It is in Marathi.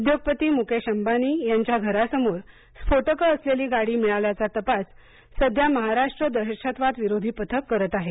उद्योगपती मुकेश अंबानी यांच्या घरासमोर स्फोटके असलेली गाडी मिळाल्याचा तपास सध्या महाराष्ट्र दहशतवाद विरोधी पथक करत आहे